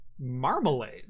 Marmalade